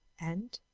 and,